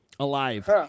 Alive